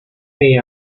hey